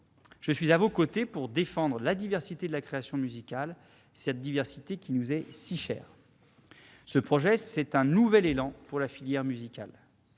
Je suis à vos côtés pour défendre la diversité de la création musicale, qui nous est si chère. Ce projet représente un nouvel élan pour la filière musicale.